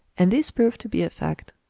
and this proved to be a fact.